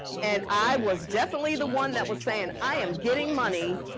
and i was definitely the one that was saying, i am getting money,